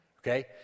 Okay